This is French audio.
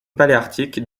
paléarctique